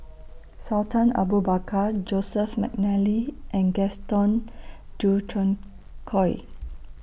Sultan Abu Bakar Joseph Mcnally and Gaston Dutronquoy